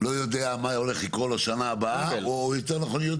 לא יודע מה הולך לקרות לו בשנה הבאה או יותר נכון,